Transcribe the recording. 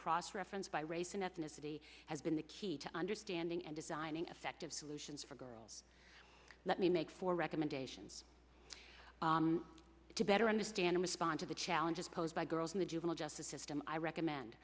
cross reference by race and ethnicity has been the key to understanding and designing effective solutions for girls let me make for recommendations to better understand respond to the challenges posed by girls in the juvenile justice system i recommend